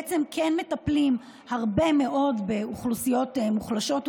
בעצם כן מטפלים הרבה מאוד באוכלוסיות מוחלשות,